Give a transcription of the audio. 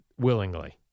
Willingly